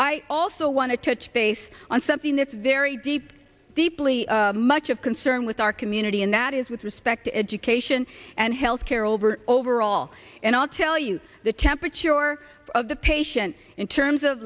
i also want to touch base on something that's very deep deeply much of concern with our community and that is with respect to education and health care over overall and i'll tell you the temperature of the patient in terms of